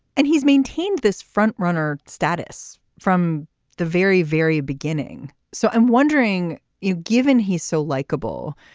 and he's maintained this frontrunner status from the very very beginning. so i'm wondering you given he's so likeable.